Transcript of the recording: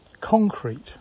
concrete